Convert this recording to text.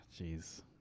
Jeez